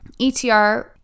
etr